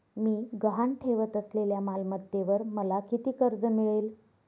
मी गहाण ठेवत असलेल्या मालमत्तेवर मला किती कर्ज मिळेल?